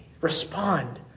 Respond